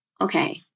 Okay